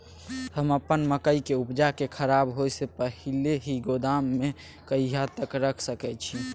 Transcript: हम अपन मकई के उपजा के खराब होय से पहिले ही गोदाम में कहिया तक रख सके छी?